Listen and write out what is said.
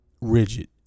rigid